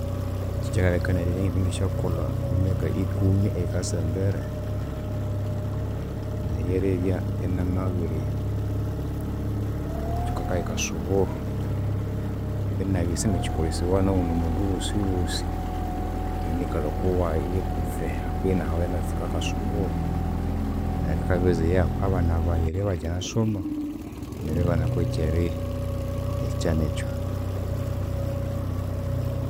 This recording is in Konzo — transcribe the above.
Kyekyangaleka neribya ingindisyakolha omomwaka ikumi eyikasa embere, nayi ryeribya inamabiritsuka akayi kasuburu. Inabya isingakyikolesibawa noghundi mundu wosiwosi, inanginikalha okuwayi kutse, kwihi nahawayi ingatsukahu akasuburu akakabezayahu abana bayi eribya ibakyinasoma, neribanaku ekyerirya. Ikyanekyu.